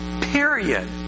period